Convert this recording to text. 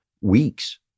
weeks